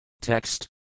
Text